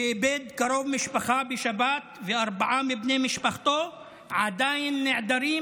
שאיבד קרוב משפחה בשבת וארבעה מבני משפחתו עדיין נעדרים,